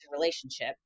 relationship